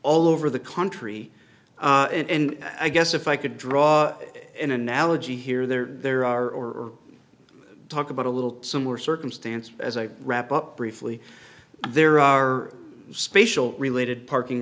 all over the country and i guess if i could draw an analogy here there there are or talk about a little similar circumstance as i wrap up briefly there are spatial related parking